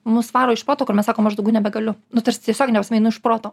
mus varo iš proto kur mes sakom aš daugiau nebegaliu nu tarsi tiesiogine prasme einu iš proto